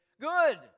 good